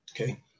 Okay